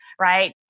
right